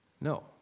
No